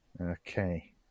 okay